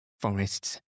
forests